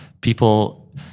People